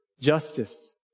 justice